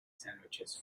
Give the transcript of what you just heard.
sandwiches